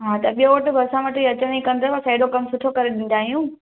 हा त ॿियो वटि बि असां वटि ई अचण जी कंदव असां हेॾो कमु सुठो करे ॾींदा आहियूं